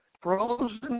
frozen